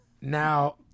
Now